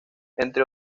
entre